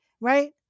right